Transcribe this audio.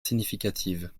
significative